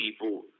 people